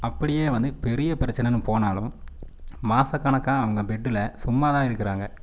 அப்டியே வந்து பெரிய பிரச்சனைன்னு போனாலும் மாதக் கணக்காக அவங்க பெட்டில் சும்மா தான் இருக்கிறாங்க